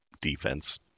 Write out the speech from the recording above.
defense